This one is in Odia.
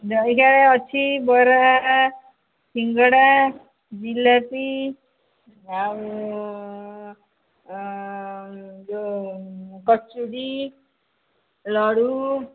ଜଳଖିଆରେ ଅଛି ବରା ସିଙ୍ଗଡ଼ା ଜିଲାପି ଆଉ ଯେଉଁ କଚୁଡ଼ି ଲଡ଼ୁ